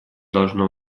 должно